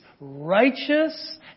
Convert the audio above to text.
righteous